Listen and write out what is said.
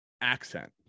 accent